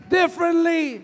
differently